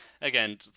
again